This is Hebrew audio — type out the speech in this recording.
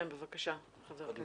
כן, בבקשה, חבר הכנסת.